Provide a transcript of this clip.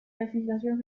clasificación